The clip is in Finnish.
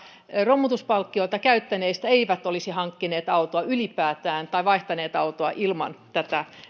romutuspalkkiota käyttäneistä ei olisi hankkinut autoa ylipäätään tai vaihtanut autoa ilman tätä